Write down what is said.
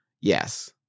yes